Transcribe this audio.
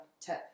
tip